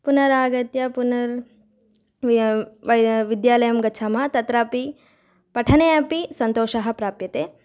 पुनरागत्य पुनः वयं वयं विद्यालयं गच्छामः तत्रापि पठने अपि सन्तोषः प्राप्यते